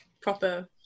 proper